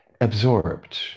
absorbed